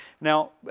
Now